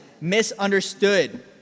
misunderstood